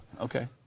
okay